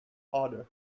harder